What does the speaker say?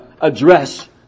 address